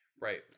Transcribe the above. Right